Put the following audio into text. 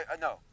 No